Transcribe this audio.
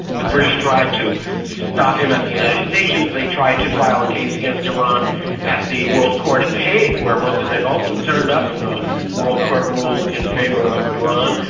the british tried to stop him at the united nations, they tried to file a case against iran at the world court in the hague where mossadeq also turned up, and the world court ruled in favour of iran.